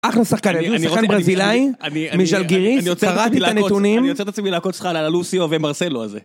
אחלה שחקן, הביאו שחקן ברזילאי, מיג'ל גיריס, קראתי את הנתונים. אני עוצר את עצמי מלעקוץ אותך על הלוסיו ומרסלו הזה.